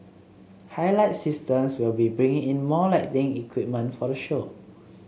Highlight Systems will be bringing in more lighting equipment for the show